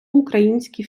українські